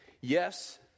Yes